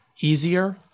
easier